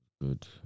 Good